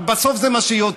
אבל בסוף זה מה שיוצא.